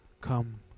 Come